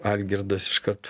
algirdas iškart